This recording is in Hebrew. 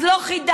אז לא חידשתם.